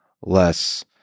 less